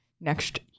next